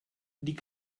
die